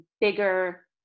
bigger